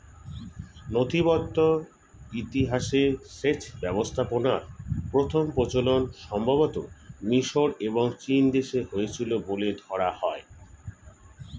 নথিবদ্ধ ইতিহাসে সেচ ব্যবস্থাপনার প্রথম প্রচলন সম্ভবতঃ মিশর এবং চীনদেশে হয়েছিল বলে ধরা হয়